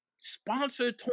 sponsored